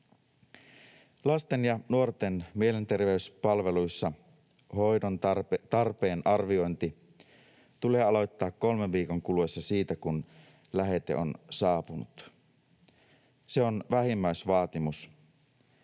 Lasten ja nuorten mielenterveyspalveluissa hoidon tarpeen arviointi tulee aloittaa kolmen viikon kuluessa siitä, kun lähete on saapunut. Se on vähimmäisvaatimus.